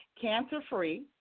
cancer-free